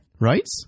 right